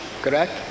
correct